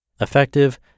Effective